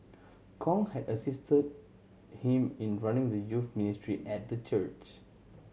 Kong had assisted him in running the youth ministry at the church